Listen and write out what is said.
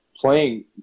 playing